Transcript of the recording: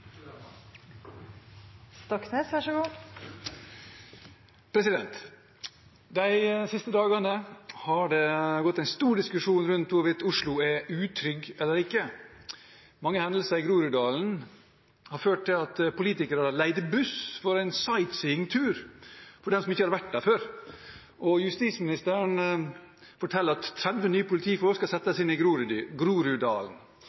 De siste dagene har det gått en stor diskusjon rundt hvorvidt Oslo er utrygg eller ikke. Mange hendelser i Groruddalen har ført til at politikere leide buss for en sightseeingtur for dem som ikke hadde vært der før. Justisministeren forteller at 30 nye politifolk skal